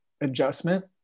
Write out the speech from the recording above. adjustment